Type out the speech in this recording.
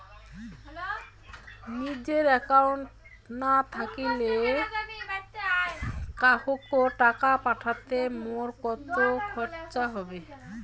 নিজের একাউন্ট না থাকিলে কাহকো টাকা পাঠাইতে মোর কতো খরচা হবে?